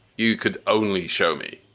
you could only show me.